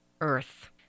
Earth